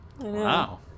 Wow